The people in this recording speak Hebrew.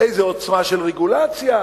איזו עוצמה של רגולציה.